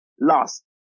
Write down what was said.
lost